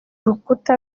rukuta